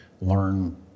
learn